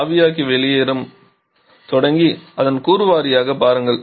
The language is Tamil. ஆவியாக்கி வெளியேறும் தொடங்கி அதன் கூறு வாரியாக பாருங்கள்